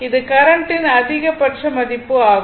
இது கரண்ட்டின் அதிகபட்ச மதிப்பு ஆகும்